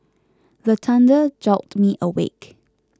the thunder jolt me awake